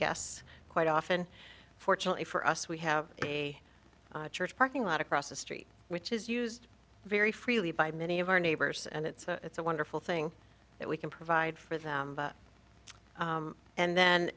guests quite often fortunately for us we have a church parking lot across the street which is used very freely by many of our neighbors and it's a it's a wonderful thing that we can provide for them and then